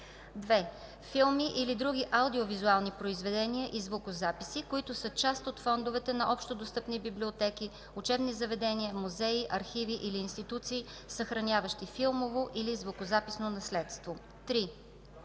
2. филми или други аудиовизуални произведения и звукозаписи, които са част от фондовете на общодостъпни библиотеки, учебни заведения, музеи, архиви или институции, съхраняващи филмово или звукозаписно наследство; 3.